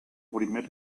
primer